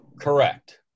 Correct